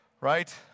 Right